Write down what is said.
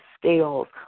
scales